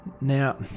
now